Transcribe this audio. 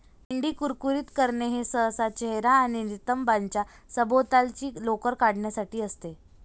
मेंढी कुरकुरीत करणे हे सहसा चेहरा आणि नितंबांच्या सभोवतालची लोकर काढण्यासाठी असते